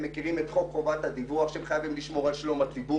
הם מכירים את חוק חובת הדיווח שהם חייבים לשמור על שלום הציבור